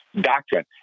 Doctrine